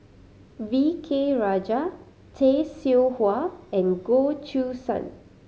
V K Rajah Tay Seow Huah and Goh Choo San